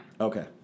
Okay